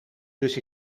dus